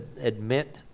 admit